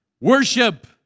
Worship